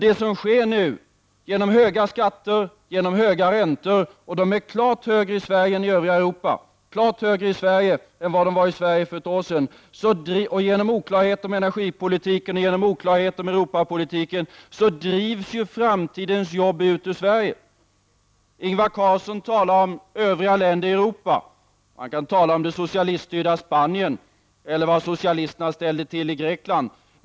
Det som sker nu är att genom höga skatter, genom höga räntor — de är klart högre i Sverige än i övriga Europa, och klart högre än vad de var i Sverige för ett år sedan — och genom oklarhet om energipolitiken och om Europapolitiken, drivs framtidens jobb ut ur Sverige. Ingvar Carlsson talar om övriga länder i Europa. Han kan tala om vad som har hänt i det socialiststyrda Spanien eller vad socialisterna ställde till i Grekland.